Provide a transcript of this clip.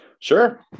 Sure